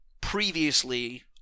previously